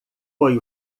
foi